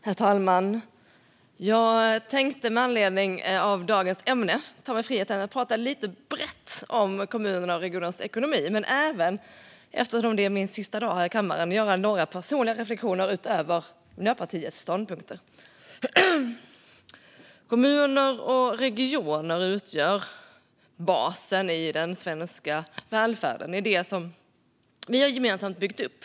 Herr talman! Jag tänkte med anledning av dagens ämne ta mig friheten att prata lite brett om kommunernas och regionernas ekonomi men även göra några personliga reflektioner utöver Miljöpartiets ståndpunkter eftersom det är min sista dag här i kammaren. Kommuner och regioner utgör basen i den svenska välfärden, i det som vi gemensamt har byggt upp.